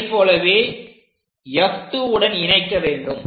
அதைப் போலவே F2 உடன் இணைக்க வேண்டும்